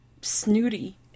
snooty